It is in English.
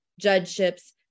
judgeships